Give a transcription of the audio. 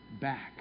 back